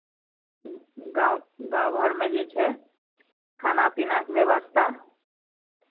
गाँव गाँव घरमे जे छै खाना पीनाके व्यवस्था